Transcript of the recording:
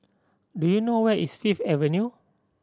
do you know where is Fifth Avenue